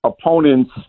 opponents